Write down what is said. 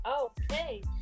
Okay